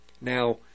Now